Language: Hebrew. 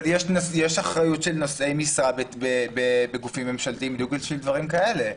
אבל יש אחריות של נושאי משרה בגופים ממשלתיים בדיוק בשביל דברים כאלה.